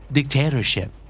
Dictatorship